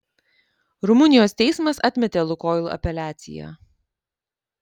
rumunijos teismas atmetė lukoil apeliaciją